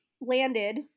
landed